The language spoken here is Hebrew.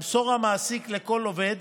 ימסור המעסיק לכל עובד